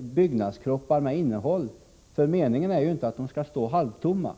byggnadskroppar med innehåll, därför att meningen inte är att de skall stå halvtomma.